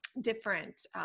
different